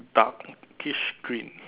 darkish green